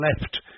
left